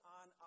on